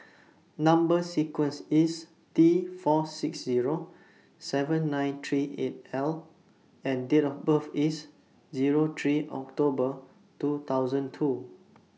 Number sequence IS T four six Zero seven nine three eight L and Date of birth IS Zero three October two thousand two